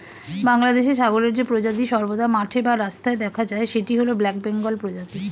বাংলাদেশে ছাগলের যে প্রজাতি সর্বদা মাঠে বা রাস্তায় দেখা যায় সেটি হল ব্ল্যাক বেঙ্গল প্রজাতি